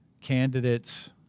candidates